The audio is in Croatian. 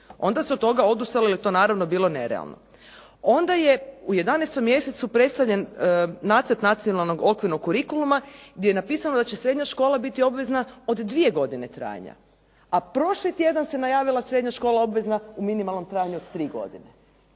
Onda se od toga odustalo jer je to naravno bilo nerealno. Onda je u 11. mjesecu predstavljen nacrt nacionalnog okvirnog kurikuluma gdje je napisano da će srednja škola biti obvezna od 2 godine trajanja. A prošli tjedan se najavila srednja škola obvezna u minimalnom trajanju od 3 godine.